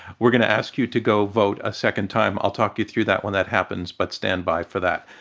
we're going to ask you to go vote a second time. i'll talk you through that when that happens but stand by for that.